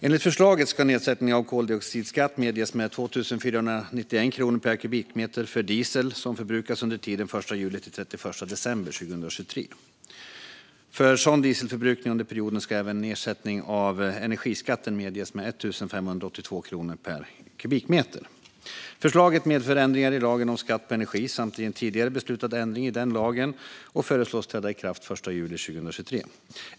Enligt förslaget ska nedsättningen av koldioxidskatt medges med 2 491 kronor per kubikmeter för diesel som förbrukas under tiden den 1 juli-31 december 2023. För sådan dieselförbrukning under perioden ska även en nedsättning av energiskatten medges med 1 582 kronor per kubikmeter. Förslaget medför ändringar i lagen om skatt på energi samt i en tidigare beslutad ändring i den lagen och föreslås träda i kraft den 1 juli 2023.